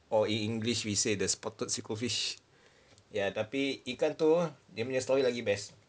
or in english we say the spotted sequel fish ya tapi ikan tu the story lagi best